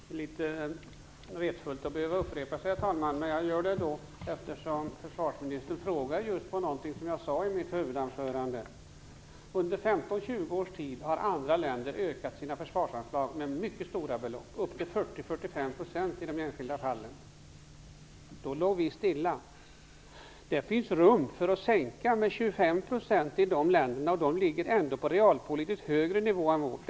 Herr talman! Det är litet retfullt att behöva upprepa sig. Jag gör det ändock, herr talman, eftersom försvarsministern frågar just på någonting som jag sade i mitt huvudanförande. Under 15-20 års tid har andra länder ökat sina försvarsanslag med mycket stora belopp, upp till 40 45 % i de enskilda fallen. Då låg vi stilla. Det finns rum för att sänka med 25 % i de länderna, och de ligger ändå på en högre realpolitisk nivå än vi.